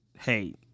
hey